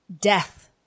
death